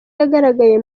yagaragaye